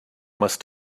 must